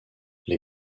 les